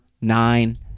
nine